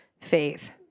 faith